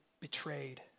betrayed